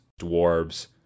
dwarves